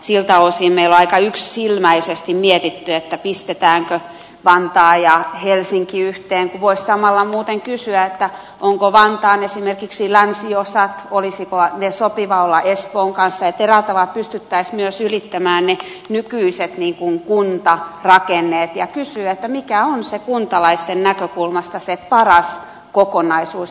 siltä osin meillä on aika yksisilmäisesti mietitty pistetäänkö vantaa ja helsinki yhteen kun voisi samalla muuten kysyä olisiko esimerkiksi vantaan länsiosien sopiva olla espoon kanssa niin että eräällä tavalla pystyttäisiin myös ylittämään ne nykyiset kuntarakenteet ja kysymään mikä on kuntalaisten näkökulmasta se paras kokonaisuus